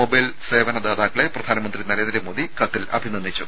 mobile സേവന ദാതാക്കളെ പ്രധാനമന്ത്രി നരേന്ദ്രമോദി കത്തിൽ അഭിനന്ദിച്ചു